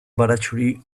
baratxuri